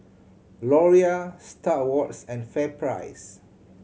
Laurier Star Awards and FairPrice